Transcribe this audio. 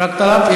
רק טלב?